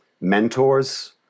mentors